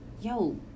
yo